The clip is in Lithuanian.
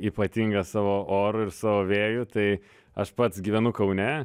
ypatinga savo oru ir savo vėju tai aš pats gyvenu kaune